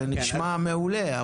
זה נשמע מעולה.